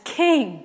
king